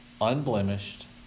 unblemished